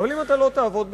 אבל אם אתה לא תעבוד בשבת,